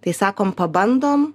tai sakom pabandom